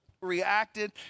reacted